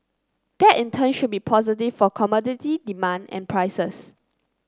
that in turn should be positive for commodity demand and prices